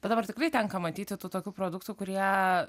bet dabar tikrai tenka matyti tų tokių produktų kurie